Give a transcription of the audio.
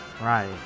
Right